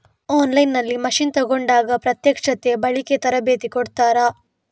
On line ನಲ್ಲಿ machine ತೆಕೋಂಡಾಗ ಪ್ರತ್ಯಕ್ಷತೆ, ಬಳಿಕೆ, ತರಬೇತಿ ಕೊಡ್ತಾರ?